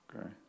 Okay